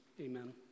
Amen